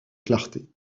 clarté